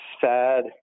sad